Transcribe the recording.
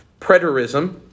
preterism